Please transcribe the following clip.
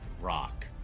rock